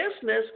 business